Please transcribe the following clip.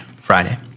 Friday